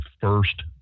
first